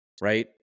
right